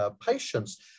patients